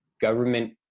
government